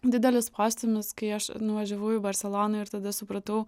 didelis postūmis kai aš nuvažiavau į barseloną ir tada supratau